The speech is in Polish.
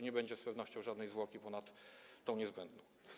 Nie będzie z pewnością żadnej zwłoki ponad tą niezbędną.